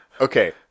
okay